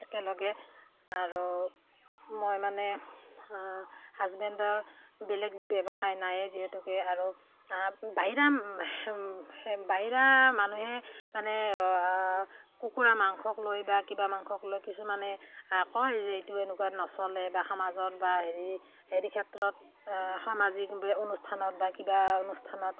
একেলগে আৰু মই মানে হাজবেণ্ডৰ বেলেগ ব্যৱসায় নাই যিহেতুকে আৰু বাহিৰা বাহিৰা মানুহে মানে কুকুৰা মাংসক লৈ বা কিবা মাংসক লৈ কিছুমানে কয় যে এইটো এনেকুৱা নচলে বা সমাজত বা হেৰি হেৰি ক্ষেত্ৰত সামাজিক অনুষ্ঠানত বা কিবা অনুষ্ঠানত